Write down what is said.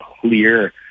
clear